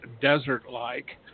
desert-like